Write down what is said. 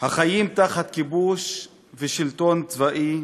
החיים תחת כיבוש ושלטון צבאי,